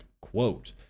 Quote